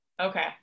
okay